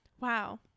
Wow